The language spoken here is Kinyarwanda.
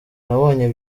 nabonye